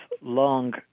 long